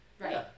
Right